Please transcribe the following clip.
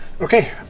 Okay